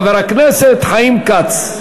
חבר הכנסת חיים כץ.